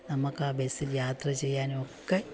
നമുക്ക് ബസ്സിൽ യാത്ര ചെയ്യാനുവൊക്കെ